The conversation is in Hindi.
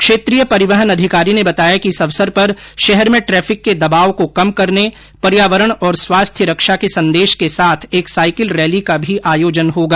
क्षेत्रीय परिवहन अधिकारी ने बताया कि इस अवसर पर शहर में ट्रैफिक के दबाव को कम करने पर्यावरण और स्वास्थ्य रक्षा के संदेश के साथ एक साइकिल रैली का भी आयोजन होगा